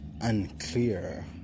unclear